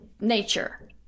nature